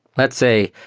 let's say,